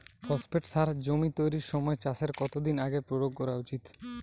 Phosphate সার জমি তৈরির সময় চাষের কত দিন আগে প্রয়োগ করা উচিৎ?